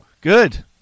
good